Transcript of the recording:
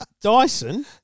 Dyson